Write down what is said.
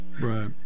Right